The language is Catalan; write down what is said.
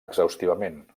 exhaustivament